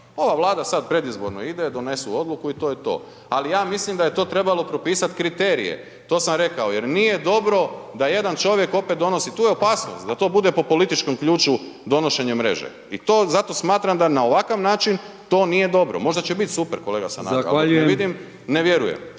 ova Vlada sad predizborno ide, donesu odluku i to je to, ali ja mislim da je to trebalo propisat kriterije, to sam rekao jer nije dobro da jedan čovjek opet donosi, tu je opasnost da to bude po političkom ključu donošenje mreže i to, zato smatram da na ovakav način to nije dobro, možda će bit super kolega Sanader …/Upadica: Zahvaljujem/…dok